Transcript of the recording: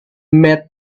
met